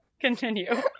continue